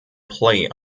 play